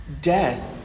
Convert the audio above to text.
Death